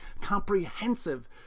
comprehensive